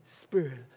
Spirit